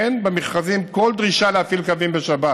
אין במכרזים כל דרישה להפעיל קווים בשבת